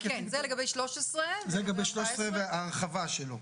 לגבי 13 וההרחבה שלו.